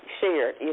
shared